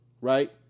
right